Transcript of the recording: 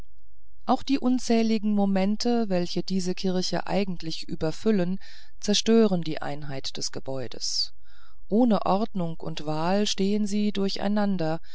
auch die unzähligen momente welche diese kirche eigentlich überfüllen zerstören die einheit des gebäudes ohne ordnung und wahl stehen sie durcheinander